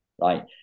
right